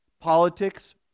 politics